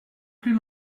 plus